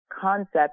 concept